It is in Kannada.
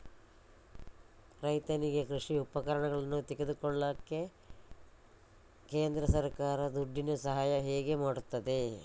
ರೈತನಿಗೆ ಕೃಷಿ ಉಪಕರಣಗಳನ್ನು ತೆಗೊಳ್ಳಿಕ್ಕೆ ಕೇಂದ್ರ ಸರ್ಕಾರ ದುಡ್ಡಿನ ಸಹಾಯ ಹೇಗೆ ಮಾಡ್ತದೆ?